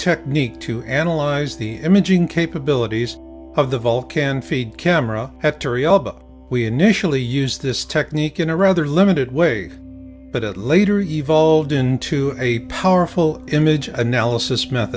technique to analyze the imaging capabilities of the vulcan feed camera have to we initially used this technique in a rather limited way but it later evolved into a powerful image analysis meth